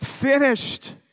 finished